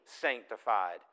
sanctified